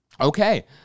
okay